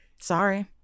Sorry